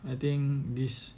I think this